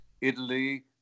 Italy